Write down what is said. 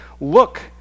Look